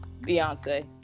Beyonce